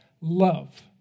Love